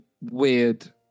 weird